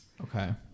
Okay